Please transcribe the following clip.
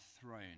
throne